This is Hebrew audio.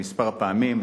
כמה פעמים,